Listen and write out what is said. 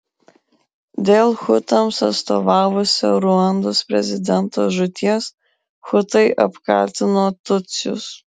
dėl hutams atstovavusio ruandos prezidento žūties hutai apkaltino tutsius